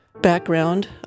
background